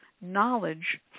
knowledge